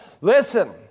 Listen